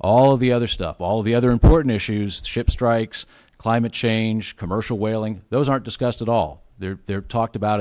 all the other stuff all the other important issues ship strikes climate change commercial whaling those aren't discussed at all they're talked about